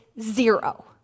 zero